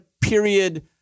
period